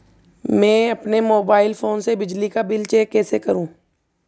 मैं अपने mobile phone से बिजली का बिल कैसे चेक करूं?